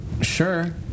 sure